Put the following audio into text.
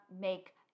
make